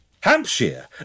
Hampshire